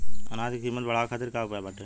अनाज क कीमत बढ़ावे खातिर का उपाय बाटे?